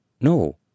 No